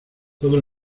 todo